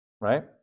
right